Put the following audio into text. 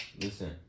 Listen